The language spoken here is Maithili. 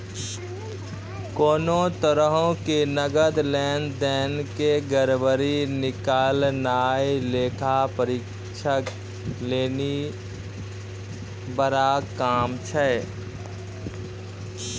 कोनो तरहो के नकद लेन देन के गड़बड़ी निकालनाय लेखा परीक्षक लेली बड़ा काम छै